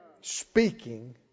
Speaking